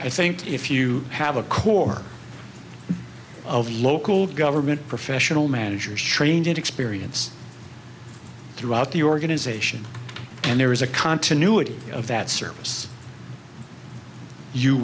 i think if you have a core of local government professional managers trained in experience throughout the organization and there is a continuity of that service you